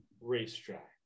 racetrack